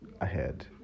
ahead